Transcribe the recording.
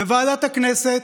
בוועדת הכנסת.